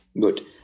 good